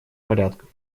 порядков